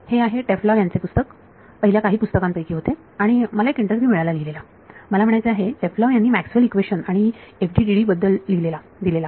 हे आहे टॅफ्लोव्ह यांचे पुस्तक पहिल्या काही पुस्तकांपैकी होते आणि मला एक इंटरव्यू मिळाला लिहिलेला मला म्हणायचे आहे टॅफ्लोव्ह यांनी मॅक्सवेल इक्वेशनMaxwell's equations आणि FDTD बद्दल दिलेला